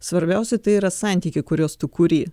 svarbiausia tai yra santykiai kuriuos tu kuri